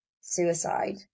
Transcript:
suicide